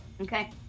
Okay